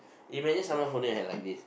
imagine someone holding your hand like this